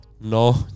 No